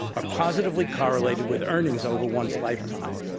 are positively correlated with earning over one's lifetime,